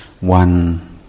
One